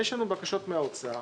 יש לנו בקשות מהאוצר,